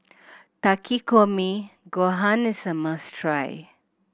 Takikomi Gohan is a must try